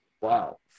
Wow